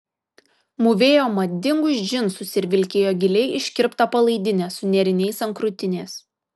mūvėjo madingus džinsus ir vilkėjo giliai iškirptą palaidinę su nėriniais ant krūtinės